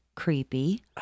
Creepy